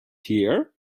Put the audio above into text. here